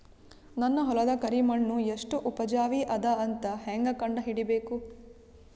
ನನ್ನ ಹೊಲದ ಕರಿ ಮಣ್ಣು ಎಷ್ಟು ಉಪಜಾವಿ ಅದ ಅಂತ ಹೇಂಗ ಕಂಡ ಹಿಡಿಬೇಕು?